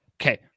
Okay